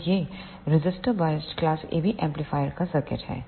तो यह resistor biased class AB amplifier का सर्किट है